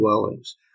dwellings